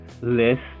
list